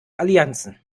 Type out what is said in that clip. allianzen